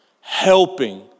helping